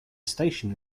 station